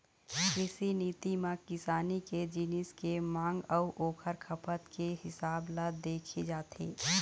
कृषि नीति म किसानी के जिनिस के मांग अउ ओखर खपत के हिसाब ल देखे जाथे